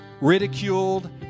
ridiculed